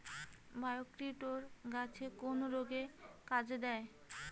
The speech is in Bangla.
বায়োকিওর গাছের কোন রোগে কাজেদেয়?